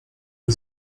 nie